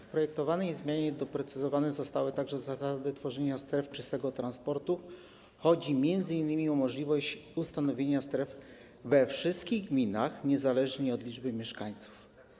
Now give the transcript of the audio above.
W projektowanej zmianie doprecyzowane zostały także zasady tworzenia stref czystego transportu; chodzi m.in. o możliwość ustanowienia stref we wszystkich gminach niezależnie od liczby mieszkańców.